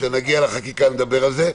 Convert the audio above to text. כשנגיע לחקיקה, נדבר על זה.